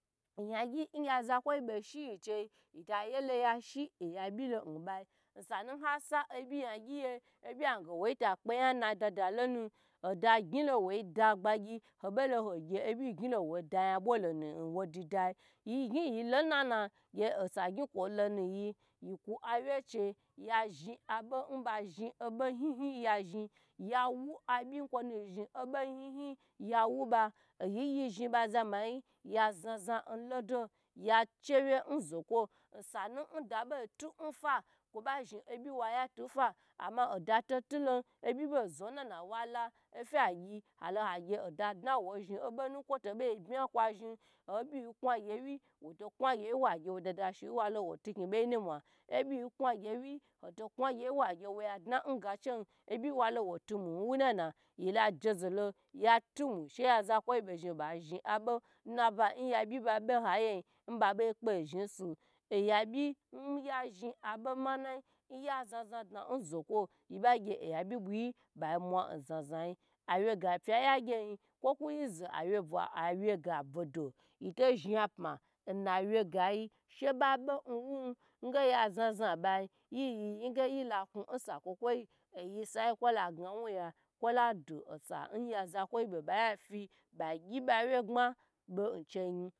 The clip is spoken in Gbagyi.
Yagyi oya zakwo bo shi yi nchei yila yelo ya shi oya bilo nbai san u ha sa obyi yagyi ye obyi angue wo to kpe ya na dada lonu oda gyn lo wo dagbagyi obolo hogye byi gyn wo da yabwo lo nu wo didi yi yi gyi yilo nana osagyn kwo lonuyi ku awye cheya zhi abo ba zhi abo highy ya wu abyi n kwo nu zhin obo hy hy yawo ba oyi yi zhn bo za mayi ya zaza nlodo ya che wye n zokwo sanu nda bo tu nfa kwo ba zhn obyi wa tu pa ama oda to tu lon obyi bo zo nwu nana walo ofe gyi halo hagye oda dna wo zhri obonu kwo to bo bma wa zhn obyi kwa gye we woto kwa gye we wa gye wodada she nwa lo wo tu g kni buyi n mwa, obyi kwa gye we woto wade wo gye wo ya dna ga chan woye wa lo wo tumu nwunana yilaje zolo yatmu sheye za kwoi bo zhn ba zhi abo nnabayi nyi ba ba hayi ye ba ba kpe zhi nsu oya bi nya zhi abo manayi nya zazadna zokwo ye ba gye oya byi bugyi ba mwa nzaza i awye ga nya gye yi kwo kwuyi zo awye go boda boto zhapa na wye ga yi she ba be nwun nge ya zaza nba yiyi yi yin ge yila kunsa kwo kwo yi oyi sai kwo la ga wu ya ladu osa ya kwo yi boba yafiba gyi ba wye gba bo noheyin